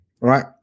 right